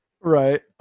right